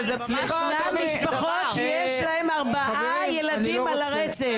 אבל זה --- ישנן משפחות שיש להן ארבעה ילדים על הרצף.